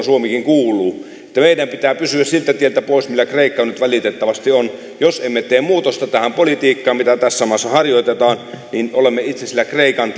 suomikin kuuluu meidän pitää pysyä siltä tieltä pois millä kreikka nyt valitettavasti on jos emme tee muutosta tähän politiikkaan mitä tässä maassa harjoitetaan niin olemme itse sillä kreikan